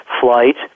flight